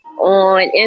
on